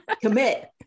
Commit